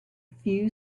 few